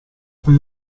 per